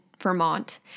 Vermont